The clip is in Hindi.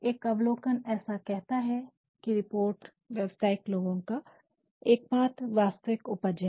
एक अवलोकन ऐसा कहता है कि रिपोर्ट व्यवसायिक लोगों का एकमात्र वास्तविक उपज है